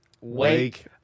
Wake